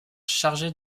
chargés